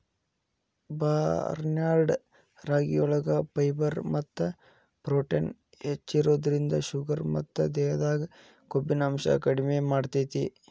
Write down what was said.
barnyard ರಾಗಿಯೊಳಗ fibre ಮತ್ತ protein ಹೆಚ್ಚಿರೋದ್ರಿಂದ ಶುಗರ್ ಮತ್ತ ದೇಹದಾಗ ಕೊಬ್ಬಿನಾಂಶ ಕಡಿಮೆ ಮಾಡ್ತೆತಿ